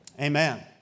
Amen